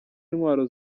intwaro